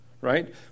right